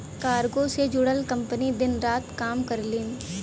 cargo से जुड़ल company दिन रात काम करलीन